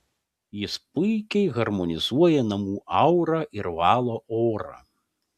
jis puikiai harmonizuoja namų aurą ir valo orą